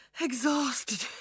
exhausted